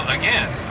again